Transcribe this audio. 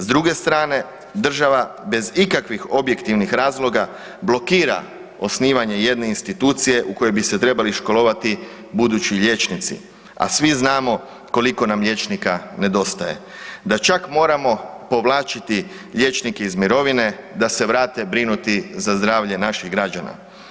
S druge strane država bez ikakvih objektivnih razloga blokira osnivanje jedne institucije u kojoj bi se trebali školovati budući liječnici, a svi znamo koliko nam liječnika nedostaje da čak moramo povlačiti liječnike iz mirovine da se vrate brinuti za zdravlje naših građana.